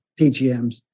PGMs